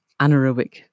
Anaerobic